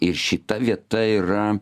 ir šita vieta yra